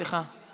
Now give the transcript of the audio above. סליחה,